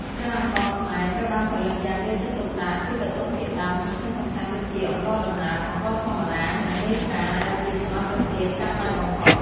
ស្រាអង្ករខ្មែរ ត្រូវបានផលិតយ៉ាងយកចិត្តទុកដាក់ពីវត្ថុធាតុដើមសំខាន់ៗដូចជា អង្ករដំណើប អង្ករធម្មតា និង មេស្រា ដែលជាសមាសធាតុចាំបាច់បំផុត។